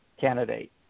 candidate